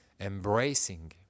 embracing